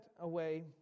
away